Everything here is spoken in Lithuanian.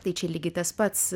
tai čia lygiai tas pats